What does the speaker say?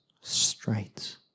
straight